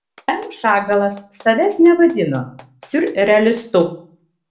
m šagalas savęs nevadino siurrealistu